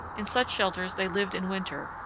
in such shelters, they lived in winter,